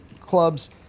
clubs